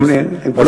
מסכים אתך.